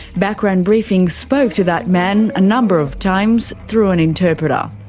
background briefing spoke to that man a number of times, through an interpreter.